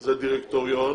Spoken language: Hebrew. זה דירקטוריון,